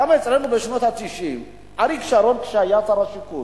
גם אצלנו בשנות ה-90, אריק שרון, כשהיה שר השיכון,